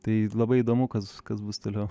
tai labai įdomu kas kas bus toliau